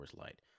Light